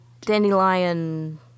dandelion